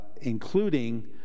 including